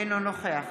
אינו נוכח